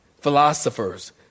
philosophers